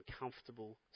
uncomfortable